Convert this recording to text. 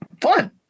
fun